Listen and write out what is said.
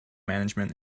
management